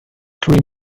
korean